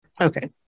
Okay